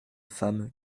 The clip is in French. femme